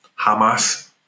Hamas